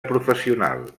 professional